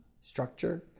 structure